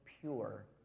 pure